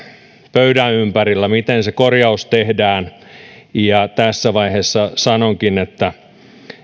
pöydän ympärillä miten se korjaus tehdään tässä vaiheessa sanonkin että